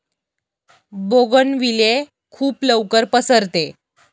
bougainvillea खूप लवकर पसरते